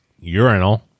Urinal